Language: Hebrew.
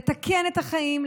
לתקן את החיים,